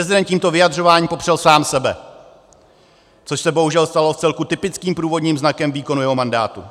Prezident tímto vyjadřováním popřel sám sebe, což se bohužel stalo vcelku typickým průvodním znakem výkonu jeho mandátu.